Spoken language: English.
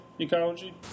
ecology